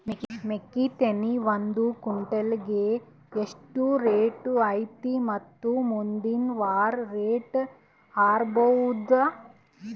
ಮೆಕ್ಕಿ ತೆನಿ ಒಂದು ಕ್ವಿಂಟಾಲ್ ಗೆ ಎಷ್ಟು ರೇಟು ಐತಿ ಮತ್ತು ಮುಂದಿನ ವಾರ ರೇಟ್ ಹಾರಬಹುದ?